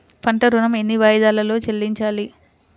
పంట ఋణం ఎన్ని వాయిదాలలో చెల్లించాలి?